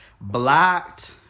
blocked